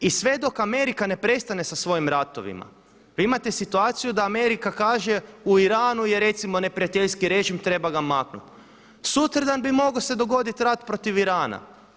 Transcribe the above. I sve dok Amerika ne prestane sa svojim ratovima, vi imate situaciju da Amerika kaže u Iranu je recimo neprijateljski režim, treba ga maknuti, sutra dan bi mogao se dogoditi rat protiv Irana.